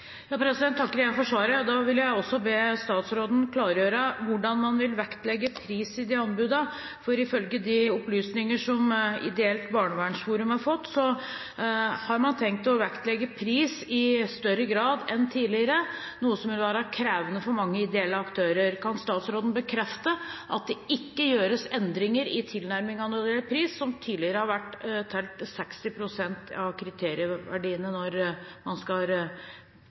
for ifølge de opplysninger som Ideelt Barnevernsforum har fått, har man tenkt å vektlegge pris i større grad enn tidligere, noe som vil være krevende for mange ideelle aktører. Kan statsråden bekrefte at det ikke gjøres endringer i tilnærmingen når det gjelder pris, som tidligere har telt 60 pst. av kriterieverdiene, når man skal